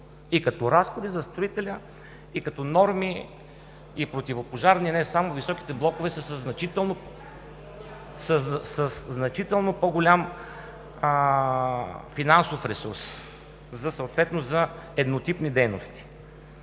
и като разходи за строителя, и като норми, и противопожарни, и не само високите блокове са със значително по-голям финансов ресурс за съответно еднотипни дейности.